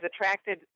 attracted